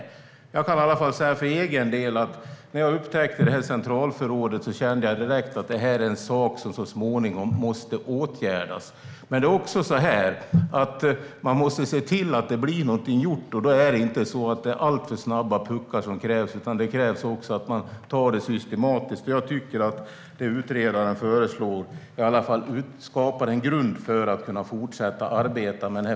För min egen del kan jag i alla fall säga att jag, när jag upptäckte centralförrådet, direkt kände att det är en sak som måste åtgärdas så småningom. Man måste se till att det blir något gjort. Då är det inte alltför snabba puckar som krävs, utan det krävs att man tar det systematiskt. Jag tycker att det som utredaren föreslår i alla fall skapar en grund för att kunna fortsätta att arbeta med frågan.